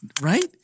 right